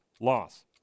loss